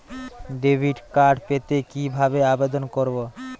Debit card পেতে কি ভাবে আবেদন করব?